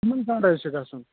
یِمن کَر حظ چھُ گَژھُن